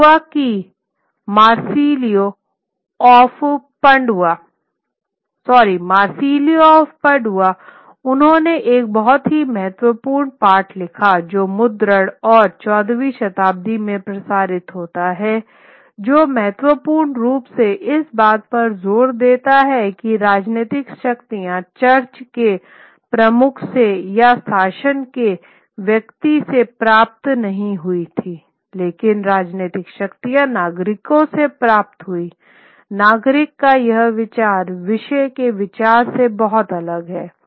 पडुआ के मार्सिलियो उन्होंने एक बहुत ही महत्वपूर्ण पाठ लिखा जो मुद्रण और 14 वीं शताब्दी में प्रसारित होता है जो महत्वपूर्ण रूप से इस बात पर जोर देता है कि राजनीतिक शक्ति चर्च के प्रमुख से या शासक के व्यक्ति से प्राप्त नहीं हुई थी लेकिन राजनीतिक शक्ति नागरिकों से प्राप्त हुई नागरिक का यह विचार विषय के विचार से बहुत अलग है